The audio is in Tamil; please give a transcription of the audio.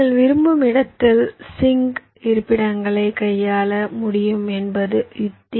நீங்கள் விரும்பும் இடத்தில் சிங்க் இருப்பிடங்களை கையாள முடியும் என்பது யுத்தி